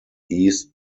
east